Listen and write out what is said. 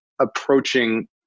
approaching